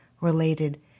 related